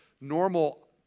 normal